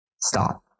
stop